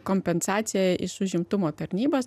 kompensaciją iš užimtumo tarnybos